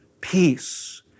peace